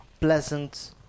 pleasant